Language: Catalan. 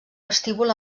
vestíbul